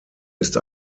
ist